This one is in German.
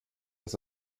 dass